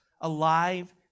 alive